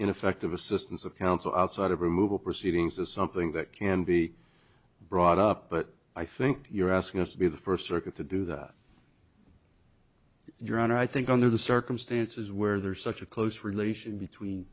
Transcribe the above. ineffective assistance of counsel outside of removal proceedings is something that can be brought up but i think you're asking us to be the first circuit to do that your honor i think under the circumstances where there is such a close relation between